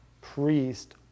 priest